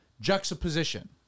juxtaposition